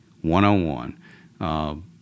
one-on-one